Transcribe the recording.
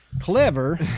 Clever